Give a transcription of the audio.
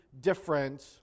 different